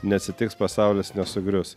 neatsitiks pasaulis nesugrius